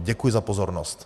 Děkuji za pozornost.